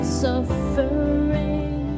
suffering